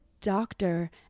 doctor